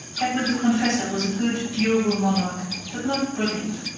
edward the confessor was a good, durable monarch, but not brilliant.